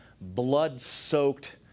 blood-soaked